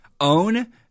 own